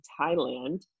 Thailand